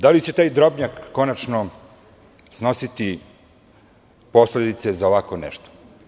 Da li će taj Drobnjak konačno snositi posledice za ovako nešto?